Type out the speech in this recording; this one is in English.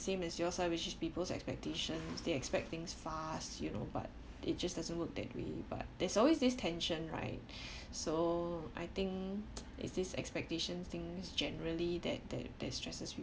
same as yours which is people's expectations they expect things fast you know but it just doesn't work that way but there's always this tension right so I think is this expectation things generally that that that stresses you